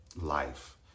life